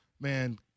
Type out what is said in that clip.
man